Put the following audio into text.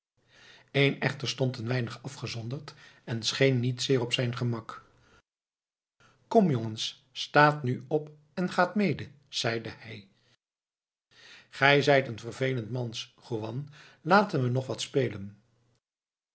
één echter stond een weinig afgezonderd en scheen niet zeer op zijn gemak komt jongens staat nu op en gaat mede zeide hij gij zijt een vervelend mensch juan laten we nog wat spelen